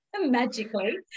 magically